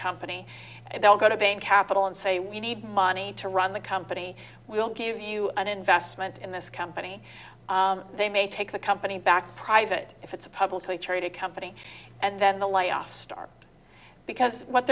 company and they'll go to bain capital and say we need money to run the company we'll give you an investment in this company they may take the company back private if it's a publicly traded company and then the layoffs start because what